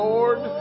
Lord